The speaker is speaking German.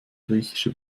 griechische